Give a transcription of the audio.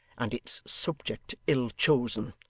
and its subject ill-chosen.